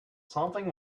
something